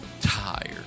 tired